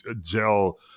gel